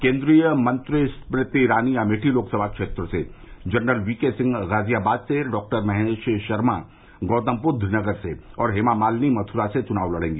केन्द्रीय मंत्री स्मृति ईरानी अमेठी लोकसभा क्षेत्र से general V K Singh Ghaziabad से डॉ महेश शर्मा गौतमबुद्ध नगर से और हेमा मालिनी मथुरा से चुनाव लड़ेगी